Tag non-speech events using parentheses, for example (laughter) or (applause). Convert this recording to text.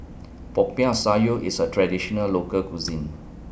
Popiah (noise) Sayur IS A Traditional Local Cuisine